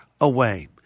away